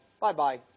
Bye-bye